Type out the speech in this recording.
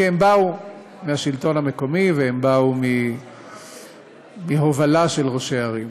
כי הם באו מהשלטון המקומי והם באו מהובלה של ראשי ערים.